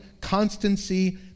constancy